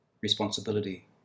responsibility